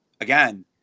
again